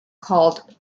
called